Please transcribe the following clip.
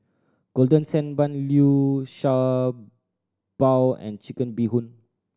Golden Sand Bun Liu Sha Bao and Chicken Bee Hoon